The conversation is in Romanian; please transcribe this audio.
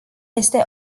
este